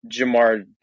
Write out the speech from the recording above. Jamar